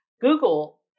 Google